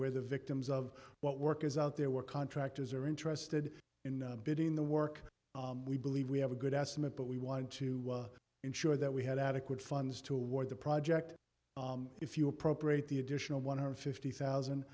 where the victims of what work is out there were contractors are interested in bidding the work we believe we have a good estimate but we wanted to ensure that we had adequate funds toward the project if you appropriate the additional one hundred fifty thousand